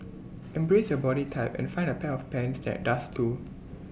embrace your body type and find A pair of pants that does too